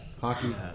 hockey